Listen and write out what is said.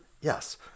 Yes